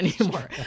anymore